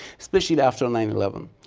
especially after nine eleven.